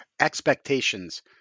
expectations